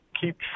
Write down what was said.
keep